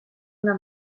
una